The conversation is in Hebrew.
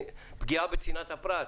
פגיעה בצנעת הפרט.